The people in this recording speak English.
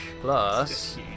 plus